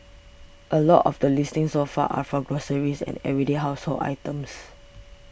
a lot of the listings so far are for groceries and everyday household items